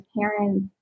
parents